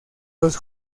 los